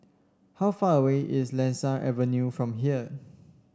how far away is Lasia Avenue from here